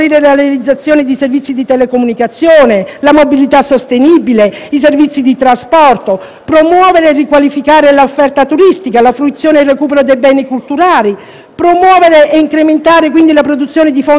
telecomunicazione, la mobilità sostenibile, i servizi di trasporto; promuovere e riqualificare l'offerta turistica, la fruizione e il recupero dei beni culturali; promuovere e incrementare, quindi, la produzione di fonti energetiche rinnovabili;